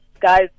guys